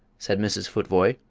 said mrs. futvoye,